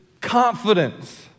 confidence